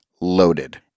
loaded